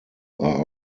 are